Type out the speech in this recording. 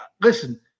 Listen